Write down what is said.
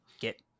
get